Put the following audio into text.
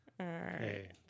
Okay